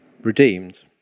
redeemed